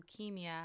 leukemia